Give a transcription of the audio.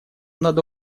надо